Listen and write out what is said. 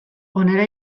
honela